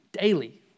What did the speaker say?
daily